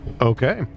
okay